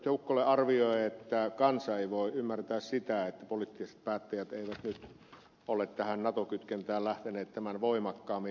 ukkola arvioi että kansa ei voi ymmärtää sitä että poliittiset päättäjät eivät ole tähän nato kytkentään lähteneet tämän voimakkaammin